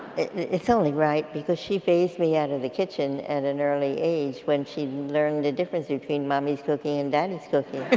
it's only right because she fazed me out of the kitchen at an early age when she learned the difference between mommy's cooking and daddy's cooking